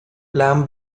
lam